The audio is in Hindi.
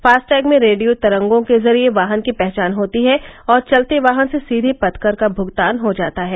फास्टैग में रेडियो तरंगों के जरिये वाहन की पहचान होती है और चलते वाहन से सीधे पथकर का भूगतान हो जाता है